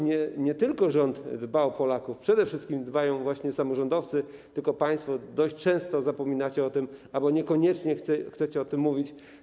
Nie tylko rząd dba o Polaków, przede wszystkim dbają właśnie samorządowcy, tylko państwo dość często zapominacie o tym albo niekoniecznie chcecie o tym mówić.